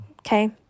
okay